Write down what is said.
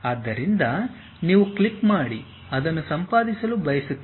ಆದ್ದರಿಂದ ನೀವು ಕ್ಲಿಕ್ ಮಾಡಿ ಅದನ್ನು ಸಂಪಾದಿಸಲು ಬಯಸುತ್ತೀರಿ